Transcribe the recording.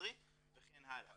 לפסיכומטרי וכן הלאה,